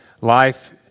Life